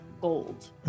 gold